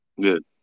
Good